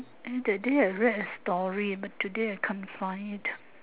eh that day I read a story but today I can't find it